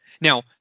Now